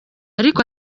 ariko